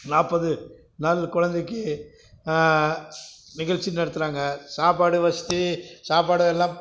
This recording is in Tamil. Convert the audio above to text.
நாற்பது நாள் கொழந்தைக்கு நிகழ்ச்சி நடத்துகிறாங்க சாப்பாடு வசதி சாப்பாடு எல்லாம்